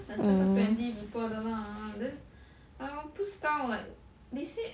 哎那个 twenty people 的啦啊 then !ow! 不知道 like they said